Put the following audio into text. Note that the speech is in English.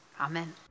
Amen